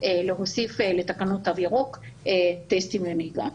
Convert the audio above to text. להוסיף לתקנות תו ירוק טסטים לנהיגה.